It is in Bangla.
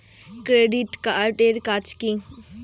ক্রেডিট কার্ড এর কাজ কি?